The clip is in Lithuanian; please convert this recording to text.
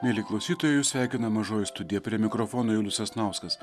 mieli klausytojai jus sveikina mažoji studija prie mikrofono julius sasnauskas